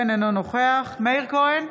אינו נוכח מאיר כהן,